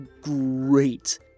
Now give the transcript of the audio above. great